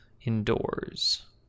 indoors